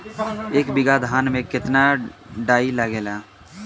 एक बीगहा धान में केतना डाई लागेला?